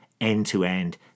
end-to-end